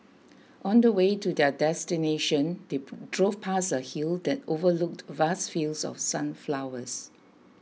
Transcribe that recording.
on the way to their destination they drove past a hill that overlooked vast fields of sunflowers